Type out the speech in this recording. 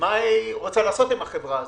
מה היא רוצה לעשות עם החברה הזאת.